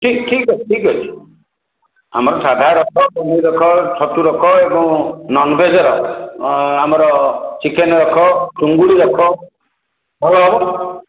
ଠିକ୍ ଠିକ୍ ଅଛି ଠିକ୍ ଅଛି ଆମର ସାଧା ରଖ ପନିର୍ ରଖ ଛତୁ ରଖ ଏବଂ ନନ୍ଭେଜ୍ର ଆମର ଚିକେନ୍ ରଖ ଚିଙ୍ଗୁଡ଼ି ରଖ ଭଲ ହେବ